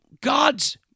God's